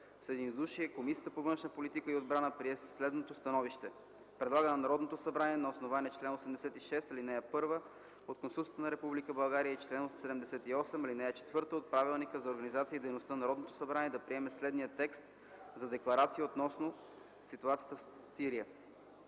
с единодушие Комисията по външна политика и отбрана прие следното становище: Предлага на Народното събрание на основание чл. 86, ал. 1 от Конституцията на Република България и чл. 78, ал. 4 от Правилника за организацията и дейността на Народното събрание да приеме следния текст за ДЕКЛАРАЦИЯ относно ситуацията в Сирия